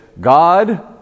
God